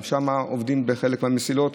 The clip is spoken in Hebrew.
גם שם עובדים בחלק מהמסילות,